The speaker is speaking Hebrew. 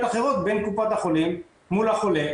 אחרות בין קופות החולים מול החולה,